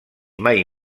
mai